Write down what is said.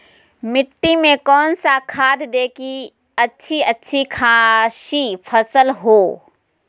मिट्टी में कौन सा खाद दे की अच्छी अच्छी खासी फसल हो?